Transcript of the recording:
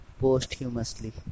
Posthumously